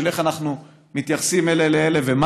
הוא איך אנחנו מתייחסים אלה לאלה ומה